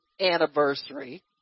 anniversary